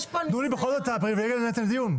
תנו לי לפחות את לנהל את הדיון.